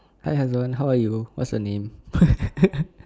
hi hazwan how are you what's your name